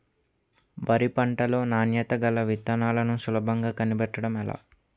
వరి పంట లో నాణ్యత గల విత్తనాలను సులభంగా కనిపెట్టడం ఎలా?